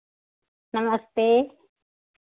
नमस्ते